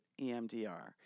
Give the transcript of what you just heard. EMDR